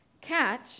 Catch